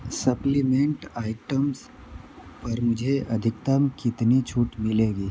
supplement items पर मुझे अधिकतम कितनी छूट मिलेगी